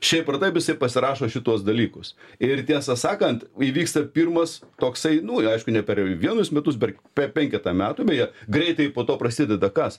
šiaip ar taip jisai pasirašo šituos dalykus ir tiesą sakant įvyksta pirmas toksai nu aišku ne per vienus metus bet per penketą metų beje greitai po to prasideda kas